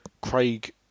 Craig